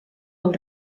del